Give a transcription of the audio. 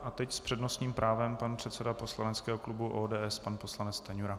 A teď s přednostním právem pan předseda poslaneckého klubu ODS, pan poslanec Stanjura.